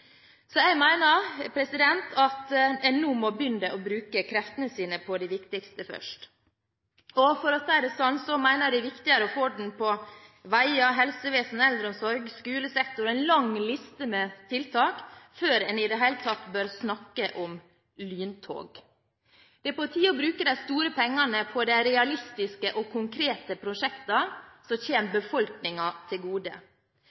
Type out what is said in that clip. at en nå må begynne å bruke kreftene sine på det viktigste først. For å si det sånn: Jeg mener det er viktigere å få orden på veier, helsevesenet, eldreomsorgen og skolesektoren – det er en lang liste med tiltak – før en i det hele tatt bør snakke om lyntog. Det er på tide å bruke de store pengene på realistiske og konkrete prosjekter som kommer befolkningen til gode.